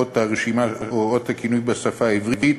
הרשימה או האות והכינוי בשפה העברית,